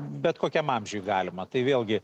bet kokiam amžiuj galima tai vėlgi